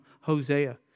Hosea